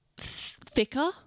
thicker